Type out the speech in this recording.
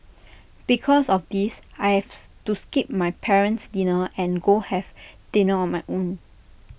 because of this I have to skip my parent's dinner and go have dinner on my own